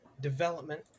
development